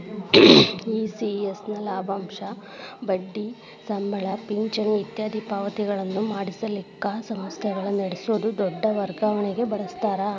ECS ನ ಲಾಭಾಂಶ, ಬಡ್ಡಿ, ಸಂಬಳ, ಪಿಂಚಣಿ ಇತ್ಯಾದಿ ಪಾವತಿಗಳನ್ನ ಮಾಡಲಿಕ್ಕ ಸಂಸ್ಥೆಗಳ ನಡಸೊ ದೊಡ್ ವರ್ಗಾವಣಿಗೆ ಬಳಸ್ತಾರ